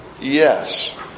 yes